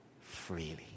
freely